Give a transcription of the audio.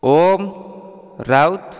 Om Raut